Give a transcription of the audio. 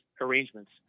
arrangements